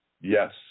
Yes